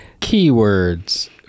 Keywords